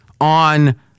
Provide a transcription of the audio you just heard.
on